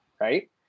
right